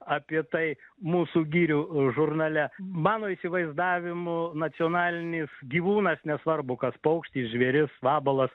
apie tai mūsų girių žurnale mano įsivaizdavimu nacionalinis gyvūnas nesvarbu kas paukštis žvėris vabalas